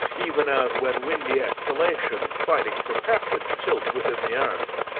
even as when windy exhalations, fighting for passage, tilt within the earth.